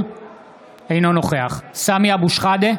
אינו נוכח סמי אבו שחאדה,